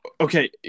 Okay